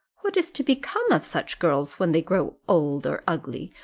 what is to become of such girls when they grow old or ugly,